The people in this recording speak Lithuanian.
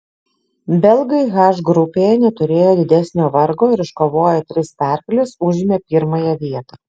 belgai h grupėje neturėjo didesnio vargo ir iškovoję tris pergales užėmė pirmąją vietą